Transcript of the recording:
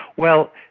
well,